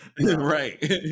Right